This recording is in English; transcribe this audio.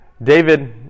David